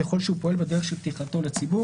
ככל שהוא פועל בדרך של פתיחתו לציבור.